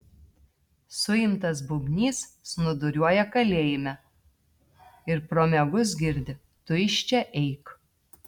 suimtas bubnys snūduriuoja kalėjime ir pro miegus girdi tu iš čia eik